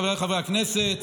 חבריי חברי הכנסת,